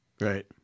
Right